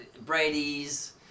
Brady's